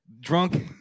drunk